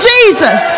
Jesus